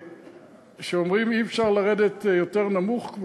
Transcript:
כשאומרים שאי-אפשר לרדת יותר נמוך,